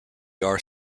are